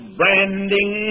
branding